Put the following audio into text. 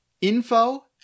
info